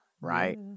right